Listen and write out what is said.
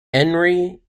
henry